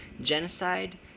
genocide